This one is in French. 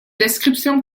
description